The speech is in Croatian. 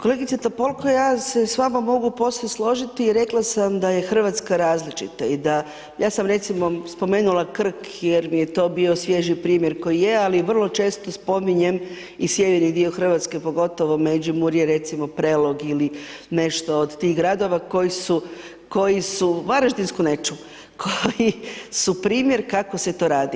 Kolegice Topolko, ja se s vama mogu posve složiti i rekla sam da je RH različita i da, ja sam recimo spomenula Krk jer mi je to bio svježi primjer koji je, ali vrlo često spominjem i sjeverni dio RH, pogotovo Međimurje, recimo Prelog ili nešto od tih gradova koji su, Varaždinsku neću, koji su primjer kako se to radi.